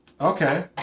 Okay